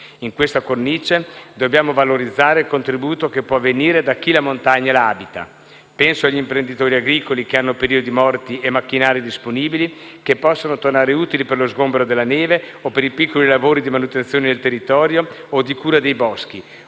In questa cornice dobbiamo valorizzare il contributo che può venire da chi la montagna la abita. Penso agli imprenditori agricoli che hanno periodi morti e macchinari disponibili, che possono tornare utili per lo sgombero della neve o per i piccoli lavori di manutenzione del territorio o di cura dei boschi,